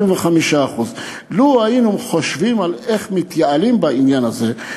25%. אם היינו חושבים איך מתייעלים בעניין הזה,